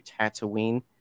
Tatooine